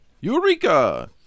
Eureka